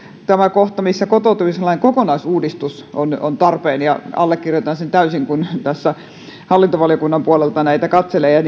tämä kohta jonka mukaan kotoutumislain kokonaisuudistus on tarpeen ja allekirjoitan sen täysin kun tässä hallintovaliokunnan puolelta näitä katselen ja ja